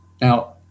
Now